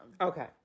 Okay